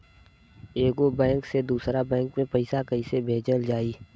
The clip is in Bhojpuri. एगो बैक से दूसरा बैक मे पैसा कइसे भेजल जाई?